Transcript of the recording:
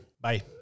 Bye